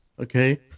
Okay